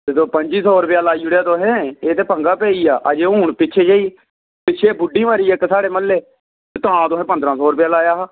ते तुस पं'जी सौ रपेआ लाई ओड़ेआ तुसें एह् ते पंगा पेई गेआ अजें हून पिच्छें जेही पिच्छें बुड्ढी मरी गेई साढ़े म्हल्लै तां तुसें पंदरां सौ रपेआ लाया हा